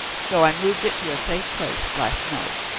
so i removed it to a safe place last night.